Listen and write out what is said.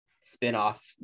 spin-off